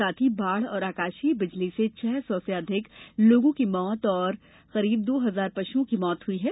साथ ही बाढ और आकाशीय बिजली से छह सौ से अधिक लोगों की मौत और करीब दो हजार पशुओं की मौत हुई है